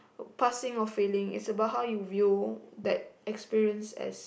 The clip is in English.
passing or failing it's about how you view that experience as